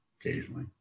occasionally